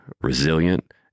resilient